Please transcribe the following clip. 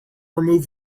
remove